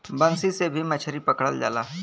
बंसी से भी मछरी पकड़ल जाला